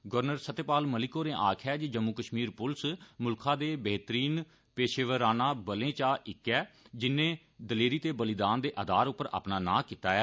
governor Satyapal Malik होरें आक्खेआ ऐ जे जम्मू कष्मीर पुलस मुल्खै दे बेह्तरीन पेषेवराना बलें चा इक ऐ जिनें दलेरी ते बलिदान दे आधार पर अपना नां कीता ऐ